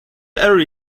early